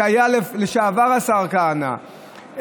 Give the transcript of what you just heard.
השר לשעבר כהנא,